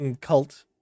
cult